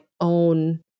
own